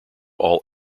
all